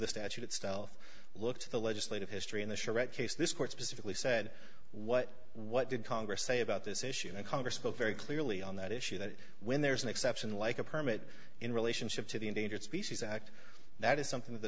the statute itself look to the legislative history in the charette case this court specifically said what what did congress say about this issue and congress spoke very clearly on that issue that when there's an exception like a permit in relationship to the endangered species act that is something that the